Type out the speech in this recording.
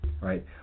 right